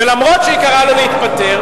ולמרות שהיא קראה לו להתפטר,